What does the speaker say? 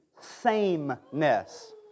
sameness